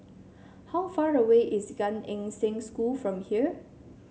how far away is Gan Eng Seng School from here